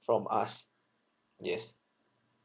from us yes